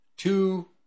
Two